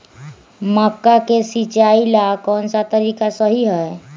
मक्का के सिचाई ला कौन सा तरीका सही है?